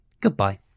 Goodbye